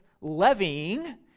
levying